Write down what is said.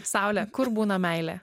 saulė kur būna meilė